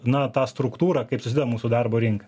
na ta struktūra kaipsusideda mūsų darbo rinka